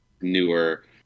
newer